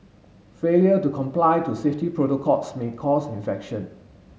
failure to comply to safety protocols may cause infection